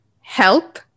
health